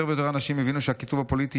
יותר ויותר אנשים הבינו שהקיטוב הפוליטי